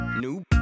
new